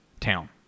town